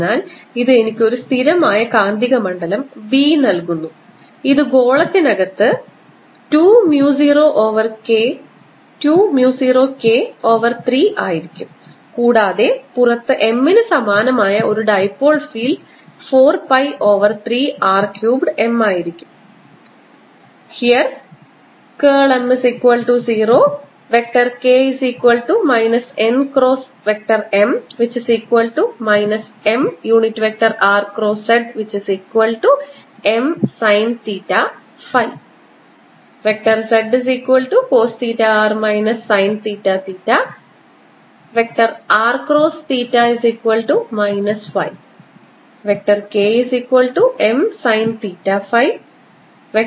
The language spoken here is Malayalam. അതിനാൽ ഇത് എനിക്ക് ഒരു സ്ഥിരമായ കാന്തിക മണ്ഡലം B നൽകുന്നു ഇത് ഗോളത്തിനകത്ത് 2 mu 0 K ഓവർ 3 ആയിരിക്കും കൂടാതെ പുറത്ത് m ന് സമാനമായ ഒരു dipole field 4 pi over 3 R cubed M ആയിരിക്കും